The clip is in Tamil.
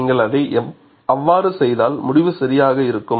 நீங்கள் அதை அவ்வாறு செய்தால் முடிவு சரியாக இருக்கும்